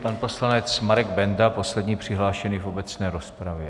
Pan poslanec Marek Benda, poslední přihlášený v obecné rozpravě.